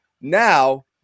now